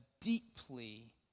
deeply